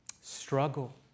struggle